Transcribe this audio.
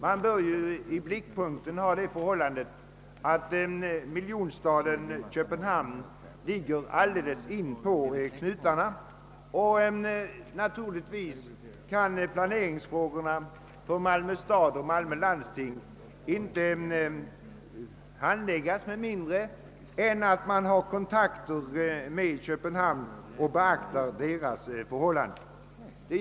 Man bör i blickpunkten ha det förhållandet att miljonstaden Köpenhamn ligger alldeles inpå Malmö stads knutar, och plane ringsfrågorna för Malmö stad och Malmöhus läns landsting kan självfallet inte handläggas utan kontakter med Köpenhamn och utan beaktande av förhållandena där.